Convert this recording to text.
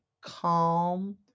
calm